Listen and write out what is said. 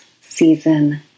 season